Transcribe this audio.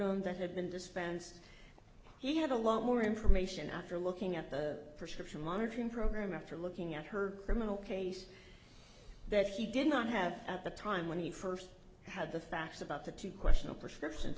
e that had been dispensed he had a lot more information after looking at the prescription monitoring program after looking at her criminal case that he did not have at the time when he first had the facts about the two question of prescriptions